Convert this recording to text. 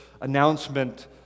announcement